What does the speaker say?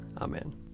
Amen